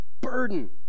burden